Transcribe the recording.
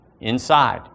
inside